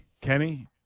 Kenny